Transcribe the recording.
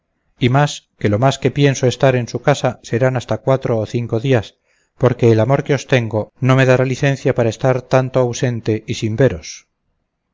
y más que lo más que pienso estar en su casa serán hasta cuatro o cinco días porque el amor que os tengo no me dará licencia para estar tanto ausente y sin veros